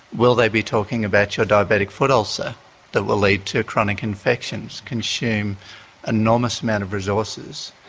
will they be talking about your diabetic foot ulcer that will lead to chronic infections, consume an enormous amount of resources,